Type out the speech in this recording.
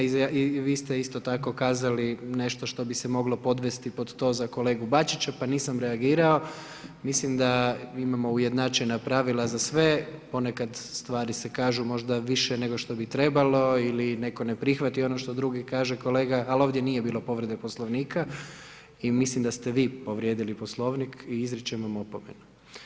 I vi ste isto tako kazali nešto što bi se moglo podvesti pod to za kolegu Bačića pa nisam reagirao, mislim da imamo ujednačena pravila za sve, ponekad stvari se kažu možda više nego što bi trebalo ili netko ne prihvati ono što drugi kaže, kolega, ali ovdje nije bilo povrede Poslovnika i mislim daste vi povrijedili Poslovnik i izričem vam opomenu.